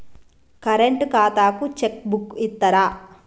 Current ఖాతాకు cheque book ఇత్తరా?